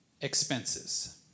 expenses